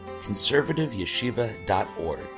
conservativeyeshiva.org